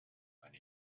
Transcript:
when